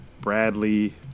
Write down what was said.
Bradley